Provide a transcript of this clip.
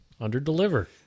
under-deliver